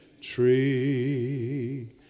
tree